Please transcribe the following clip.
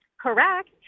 Correct